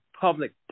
public